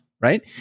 right